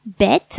bête